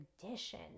tradition